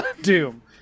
Doom